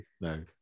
no